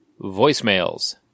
voicemails